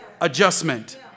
adjustment